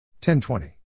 10-20